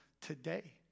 today